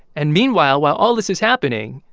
and meanwhile, while all this is happening,